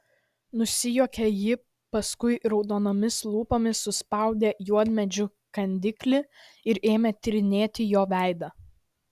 nusijuokė ji paskui raudonomis lūpomis suspaudė juodmedžio kandiklį ir ėmė tyrinėti jo veidą